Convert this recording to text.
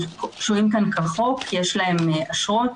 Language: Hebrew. הם שוהים כאן כחוק ויש להם אשרות.